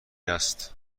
است